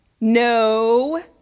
No